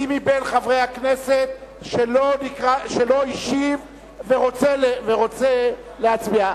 מי מבין חברי הכנסת לא השיב ורוצה להצביע?